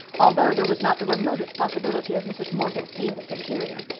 although there was not the remotest possibility of mrs. morgan's seeing its interior.